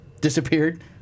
disappeared